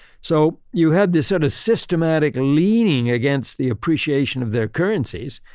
so, you had this sort of systematic leaning against the appreciation of their currencies.